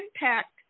impact